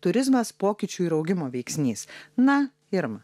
turizmas pokyčių ir augimo veiksnys na irma